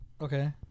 Okay